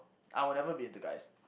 I will never be into guys